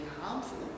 harmful